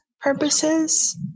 purposes